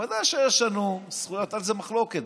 ודאי שיש לנו זכויות, אין על זה מחלוקת.